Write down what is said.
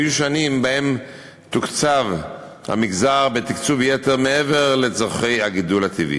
היו שנים שבהן תוקצב המגזר בתקצוב יתר מעבר לצורכי הגידול הטבעי.